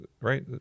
right